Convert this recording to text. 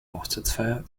hochzeitsfeier